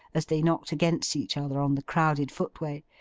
as they knocked against each other on the crowded footway,